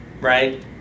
right